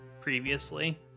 previously